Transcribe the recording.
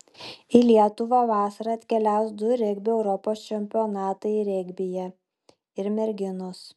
į lietuvą vasarą atkeliaus du regbio europos čempionatai regbyje ir merginos